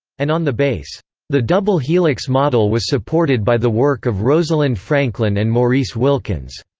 and on the base the double helix model was supported by the work of rosalind franklin and maurice wilkins.